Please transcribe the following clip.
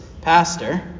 pastor